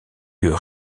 lieu